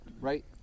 right